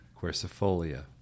Quercifolia